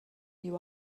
you